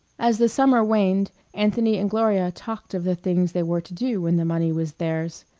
as the summer waned anthony and gloria talked of the things they were to do when the money was theirs,